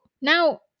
now